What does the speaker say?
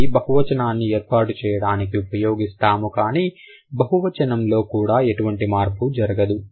ఇది బహు వచనాన్ని ఏర్పాటు చేయడానికి ఉపయోగిస్తాము కానీ బహువచనంలో కూడా ఎటువంటి మార్పు జరగదు